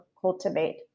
cultivate